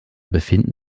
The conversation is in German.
befinden